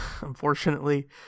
unfortunately